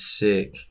sick